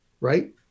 right